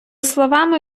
словами